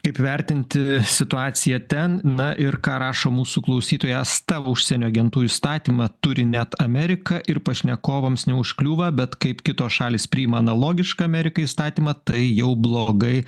kaip vertinti situaciją ten na ir ką rašo mūsų klausytoja asta užsienio agentų įstatymą turi net amerika ir pašnekovams neužkliūva bet kaip kitos šalys priima analogišką amerikai įstatymą tai jau blogai